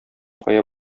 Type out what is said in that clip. кая